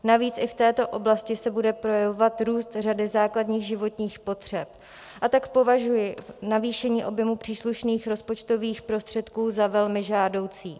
Navíc i v této oblasti se bude projevovat růst řady základních životních potřeb, a tak považuji navýšení objemu příslušných rozpočtových prostředků za velmi žádoucí.